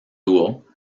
dúo